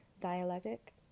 Dialectic